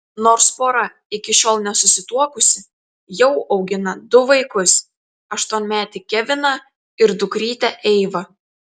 nors pora iki šiol nesusituokusi jau augina du vaikus aštuonmetį keviną ir dukrytę eivą